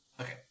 Okay